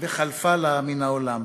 חלפה לה מהעולם.